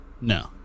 No